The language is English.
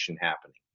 happening